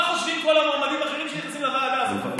מה חושבים כל המועמדים האחרים שנכנסים לוועדה הזאת?